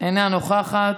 אינה נוכחת.